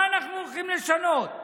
מה אנחנו הולכים לשנות?